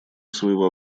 своего